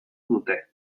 dute